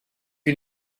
you